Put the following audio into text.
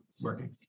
working